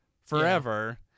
forever